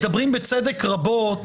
מדברים רבות בצדק